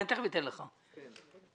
צריכים לתת הרבה יותר.